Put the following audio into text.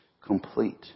complete